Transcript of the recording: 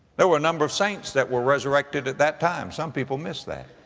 there were a number of saints that were resurrected at that time. some people miss that,